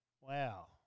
Wow